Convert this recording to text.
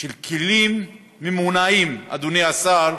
של כלים ממונעים, אדוני השר,